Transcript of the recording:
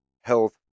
Health